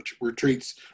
retreats